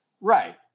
Right